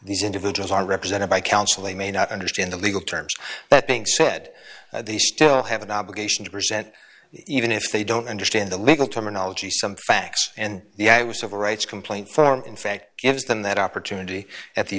these individuals are represented by counsel they may not understand the legal terms but being said they still have an obligation to present even if they don't understand the legal terminology some facts and the i was civil rights complaint form in fact gives them that opportunity at the